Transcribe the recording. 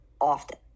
often